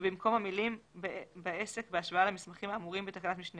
ובמקום המלים "בעסק בהשוואה למסמכים האמורים בתקנת משנה